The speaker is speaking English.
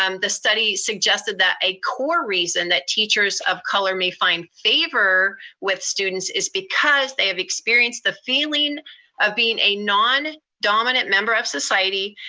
um the study suggested that a core reason that teachers of color may find favor with students, is because they have experienced the feeling of being a don-dominant member of society,